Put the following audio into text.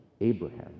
Abraham